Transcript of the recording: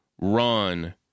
run